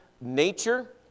nature